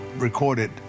Recorded